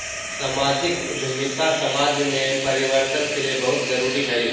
सामाजिक उद्यमिता समाज में परिवर्तन के लिए बहुत जरूरी हई